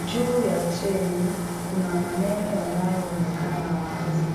Juu ya treli, kuna maneno yanayoonekana wazi.